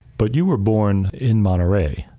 but you were born in monterey.